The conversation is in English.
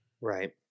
right